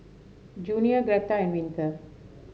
Junia Greta and Winter